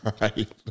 right